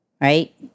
Right